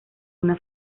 una